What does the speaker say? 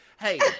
Hey